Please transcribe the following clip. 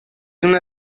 una